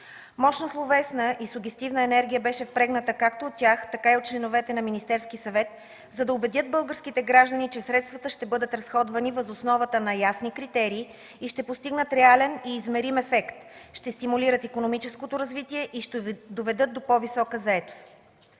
Мощна словесна и сугестивна енергия беше впрегната както от тях, така и от членовете на Министерския съвет, за да убедят българските граждани, че средствата ще бъдат разходвани въз основата на ясни критерии и ще постигнат реален и измерим ефект, ще стимулират икономическото развитие, ще доведат до по-висока заетост.